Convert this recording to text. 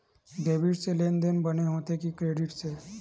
Debit से लेनदेन बने होथे कि क्रेडिट से?